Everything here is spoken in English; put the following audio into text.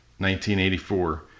1984